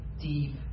deep